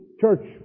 church